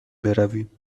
برویم